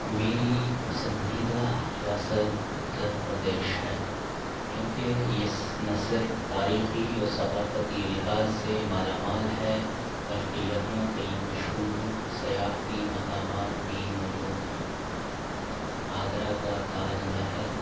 میری پسندیدہ ریاست اتر پردیش ہے کیونکہ اس نہ صرف تاریخی و ثقافتی لحاظ سے مالامال ہے بلکہ یہاں کئی مشہور سیاحتی مقامات بھی موجود ہیں آگرہ کا تاج محل